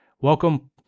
Welcome